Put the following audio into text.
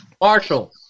Marshall